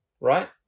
right